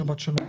שבת שלום.